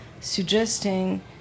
suggesting